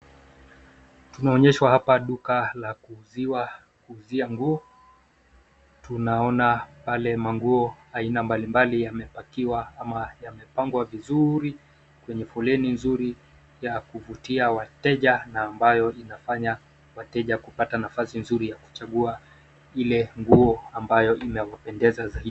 Tuonyeshwa hapa duka la kuuzia nguo, tunaona pale manguo ya aina mbali mbali yamepakiwa amayamepangwa vizuri kwenye foleni nzuri ya kuvutia wateja na ambayo inafanya wateja kupata nafasi nzuri ya kuchagua ile nguo ambayo inayopendeza zaidi.